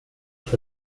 los